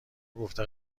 گفته